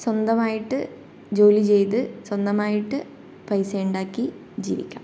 സ്വന്തമായിട്ട് ജോലി ചെയ്ത് സ്വന്തമായിട്ട് പൈസ ഉണ്ടാക്കി ജീവിക്കാം